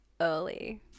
early